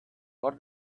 for